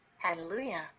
Hallelujah